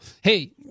hey